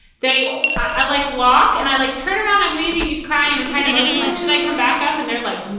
they are like walk and i like turn around. i'm waving, he's crying. and i'm trying to motion, like, should i come back up? and they're like,